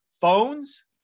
phones